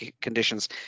conditions